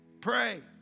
pray